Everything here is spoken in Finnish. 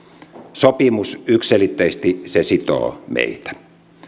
sopimus yksiselitteisesti sitoo meitä